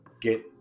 get